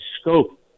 scope